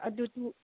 ꯑꯗꯨꯁꯨ